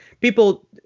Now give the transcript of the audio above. people